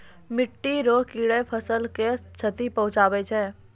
मिट्टी रो कीड़े फसल के क्षति पहुंचाबै छै